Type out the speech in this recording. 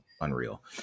unreal